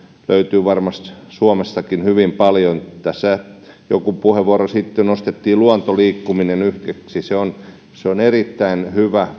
löytyy varmasti suomestakin hyvin paljon tässä joku puheenvuoro sitten nostettiin luontoliikkuminen yhdeksi se on se on erittäin hyvä